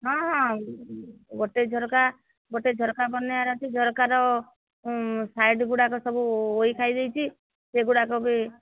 ହଁ ହଁ ଗୋଟେ ଝରକା ଗୋଟେ ଝରକା ବନେଇବାର ଅଛି ଝରକାର ସାଇଡ୍ ଗୁଡ଼ାକ ସବୁ ଉଇ ଖାଇଯାଇଛି ସେଗୁଡ଼ାକ ବି